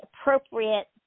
appropriate